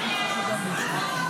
מי משיב מטעם הממשלה?